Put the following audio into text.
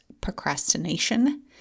procrastination